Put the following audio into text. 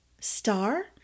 Star